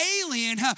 alien